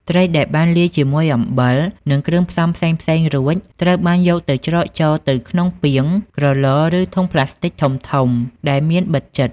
ត្រីដែលបានលាយជាមួយអំបិល និងគ្រឿងផ្សំផ្សេងៗរួច ត្រូវបានយកទៅច្រកចូលទៅក្នុងពាង ក្រឡ ឬធុងប្លាស្ទិកធំៗ ដែលមានបិទជិត។